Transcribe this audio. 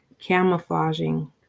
camouflaging